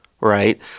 right